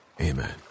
amen